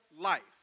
life